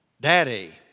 Daddy